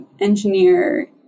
engineer